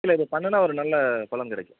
இல்லை இது பண்ணுன்னால் ஒரு நல்ல பலன் கிடைக்கும்